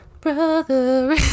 Brother